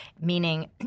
Meaning